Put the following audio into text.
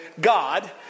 God